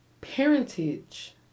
parentage